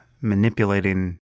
manipulating